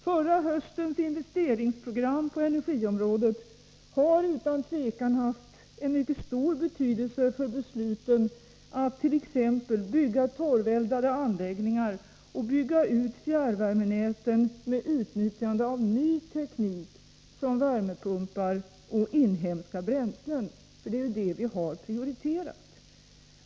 Förra höstens investeringsprogram på energiområdet har utan tvivel haft en mycket stor betydelse för besluten att t.ex. bygga torveldade anläggningar och bygga ut fjärrvärmenäten med utnyttjande av ny teknik som värmepumpar och inhemska bränslen, för det är ju det vi har prioriterat.